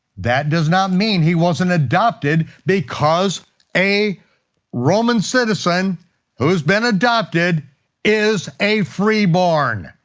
that does not mean he wasn't adopted, because a roman citizen who's been adopted is a free-born,